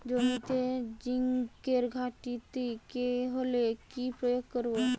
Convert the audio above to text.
জমিতে জিঙ্কের ঘাটতি হলে কি প্রয়োগ করব?